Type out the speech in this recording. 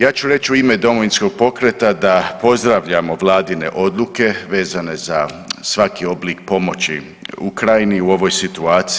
Ja ću reći u ime Domovinskog pokreta da pozdravljamo Vladine odluke vezane za svaki oblik pomoći Ukrajini u ovoj situaciji.